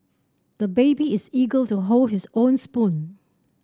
the baby is eager to hold his own spoon